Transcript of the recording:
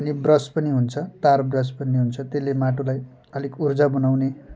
अनि ब्रस पनि हुन्छ तार ब्रस पनि हुन्छ त्यसले माटोलाई अलिक उर्जा बनाउने